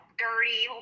dirty